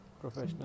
professional